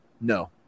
No